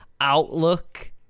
outlook